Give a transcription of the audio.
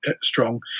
strong